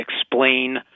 explain